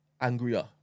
angrier